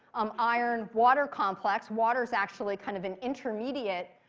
um iron water complex. water is actually kind of an intermediate